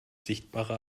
sichtbare